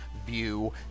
View